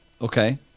Okay